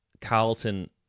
Carlton